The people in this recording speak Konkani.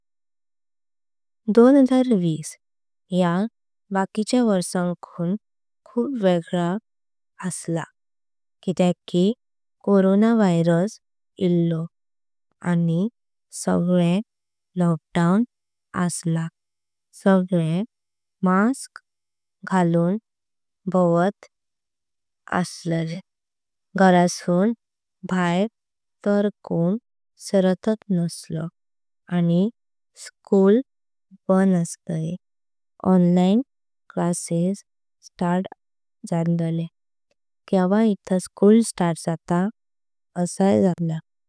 दोन हजार वीस या बकिचे वर्षाकूं खूप। वेगळा असलां किदेकी कोरोना वायरस इलो आणि सगळ्यांक। लॉकडाऊन असला सगळे मास्क घालुंक भावत। घरासूं बाहेर कोण सरत नासले। आणि स्कूल बंद असल्ली ऑनलाइन क्लासेस स्टार्ट। असले केंव्हा एकदा स्कूल स्टार्ट जातां असा झाल्ला।